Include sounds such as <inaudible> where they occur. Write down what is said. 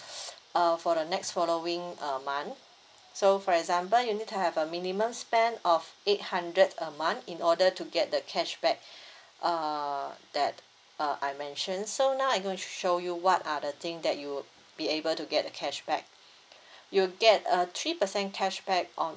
<noise> uh for the next following uh month so for example you need to have a minimum spend of eight hundred a month in order to get the cashback <breath> uh that uh I mentioned so now I'm going to show you what are the thing that you would be able to get the cashback you get a three percent cashback on